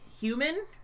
human